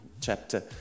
chapter